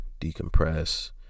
decompress